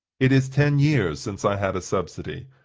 it is ten years since i had a subsidy,